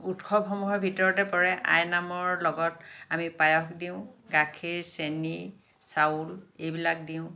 উৎসৱসমূহৰ ভিতৰতে পৰে আইনামৰ লগত আমি পায়স দিওঁ গাখীৰ চেনী চাউল এইবিলাক দিওঁ